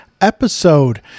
episode